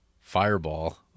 Fireball